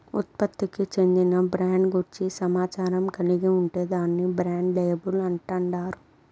ఉత్పత్తికి చెందిన బ్రాండ్ గూర్చి సమాచారం కలిగి ఉంటే దాన్ని బ్రాండ్ లేబుల్ అంటాండారు